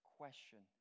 question